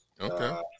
Okay